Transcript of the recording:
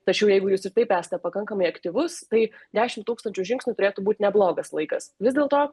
tačiau jeigu jūs ir taip esate pakankamai aktyvus tai dešim tūkstančių žingsnių turėtų būt neblogas laikas vis dėlto